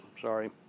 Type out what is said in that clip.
sorry